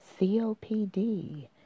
COPD